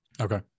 Okay